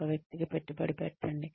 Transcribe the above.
ఒక వ్యక్తికి పెట్టుబడి పెట్టండి